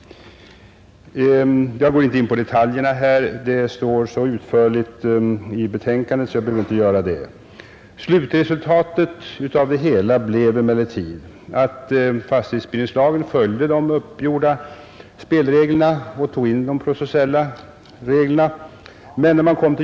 Jag går inte in på förhistorien i detalj. Den är så utförligt redovisad i betänkandet att jag inte behöver göra det. Slutresultatet av det hela blev emellertid att fastighetsbildningslagen följde de uppgjorda spelreglerna och tog in de processuella reglerna.